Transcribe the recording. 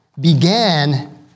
Began